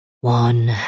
One